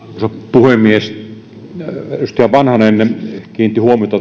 puhemies edustaja vanhanen kiinnitti huomiota